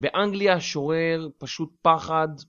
באנגליה שורר פשוט פחד.